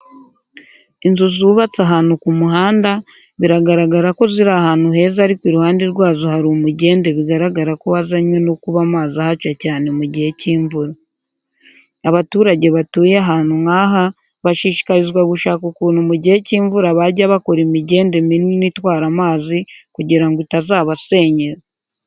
Inzu zubatse ahantu ku muhanda, biragaragara ko ziri ahantu heza ariko iruhande rwazo hari umugende bigaragara ko wazanywe no kuba amazi ahaca cyane mu gihe cy'imvura. Abaturage batuye ahantu nk'aha bashishikarizwa gushaka ukuntu mu gihe cy'imvura bajya bakora imigende minini itwara amazi kugira ngo itazabasenyera.